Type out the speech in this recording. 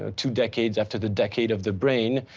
ah two decades after the decade of the brain.